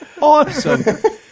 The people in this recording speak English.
awesome